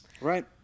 Right